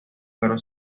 pero